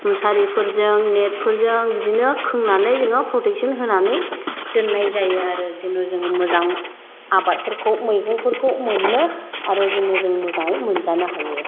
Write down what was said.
मुसारिफोरजों नेटफोरजों बिदिनो खोंनानै जोङो प्रटेकसन होनानै दोन्नाय जायो आरो जेन' जोङो मोजां आबादफोरखौ मैगंफोरखौ मोन्नो आरो जेन' मोजाङै मोनजानो हायो